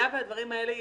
היה והדברים האלה יטופלו,